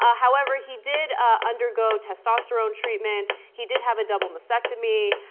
ah however he did our undergo testosterone treatment he did have a double mastectomy